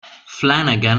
flanagan